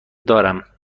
دارم